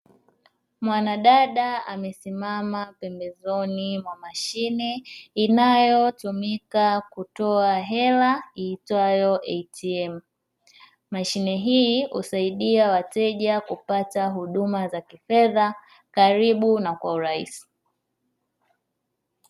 Mwanadada amesimama pembezoni mwa mashine inayotumika kutoa hela iitwayo ATM. Mashine hii husaidia wateja kupata huduma za kifedha karibu na kwa urahisi.